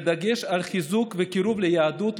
בדגש על חיזוק וקירוב ליהדות,